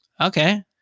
Okay